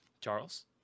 Charles